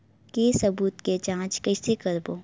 के सबूत के जांच कइसे करबो?